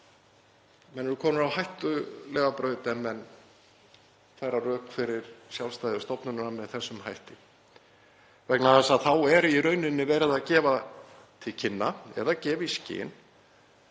Menn eru komnir á hættulega braut ef þeir færa rök fyrir sjálfstæði stofnunar með þessum hætti vegna þess að þá er í rauninni verið að gefa til kynna eða gefa í